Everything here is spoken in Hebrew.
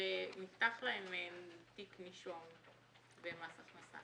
ומובטח להם תיק נישום במס הכנסה.